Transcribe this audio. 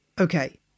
Okay